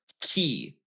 key